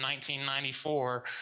1994